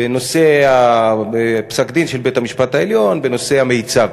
בנושא פסק-דין של בית-המשפט העליון בנושא המיצ"ב.